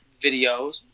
videos